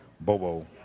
Bobo